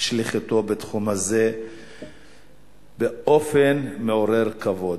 שליחותו בתחום הזה ובאופן מעורר כבוד.